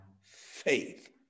faith